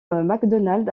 macdonald